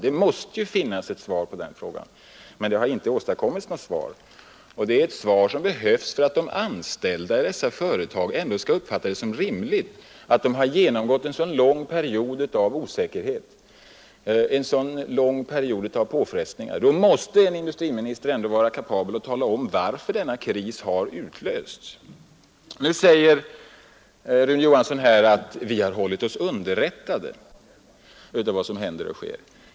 Det måste finnas ett svar på den frågan, men det har inte avhörts. Det svaret måste ges för att de anställda skall uppfatta det som rimligt att de har genomgått en så lång period av osäkerhet och påfrestningar. Industriministern måste vara kapabel att tala om varför krisen har utlösts. Nu säger Rune Johansson att regeringen har hållit sig underrättad om vad som händer och sker.